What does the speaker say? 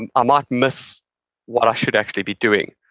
and ah might miss what i should actually be doing.